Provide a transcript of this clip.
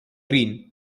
green